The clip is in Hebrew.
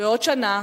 בעוד שנה